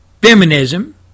Feminism